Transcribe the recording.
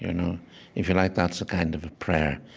you know if you like, that's a kind of of prayer.